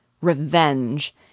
Revenge